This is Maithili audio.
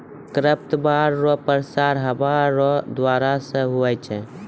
खरपतवार रो प्रसार हवा रो द्वारा से हुवै छै